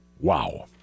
Wow